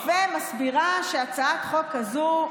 ומסבירה שהצעת חוק כזו,